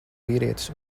vīrietis